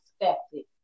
expected